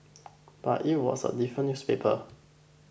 but it was a different newspaper